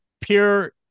pure